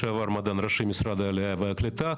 לשעבר מדען ראשי במשרד העלייה והקליטה.